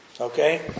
Okay